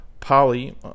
poly